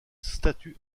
statues